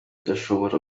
kudashobora